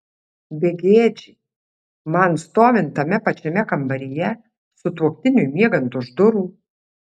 begėdžiai man stovint tame pačiame kambaryje sutuoktiniui miegant už durų